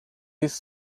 this